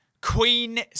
Queen